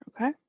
okay